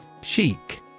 Chic